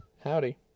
howdy